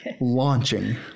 Launching